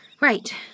Right